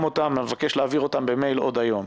גם אותם אבקש להעביר במייל עוד היום.